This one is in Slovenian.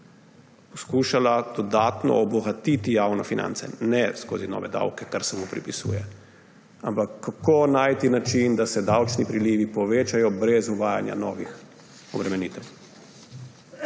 skušala dodatno obogatiti javne finance. Ne skozi nove davke, kar se mu pripisuje, ampak kako najti način, da se davčni prilivi povečajo brez uvajanja novih obremenitev.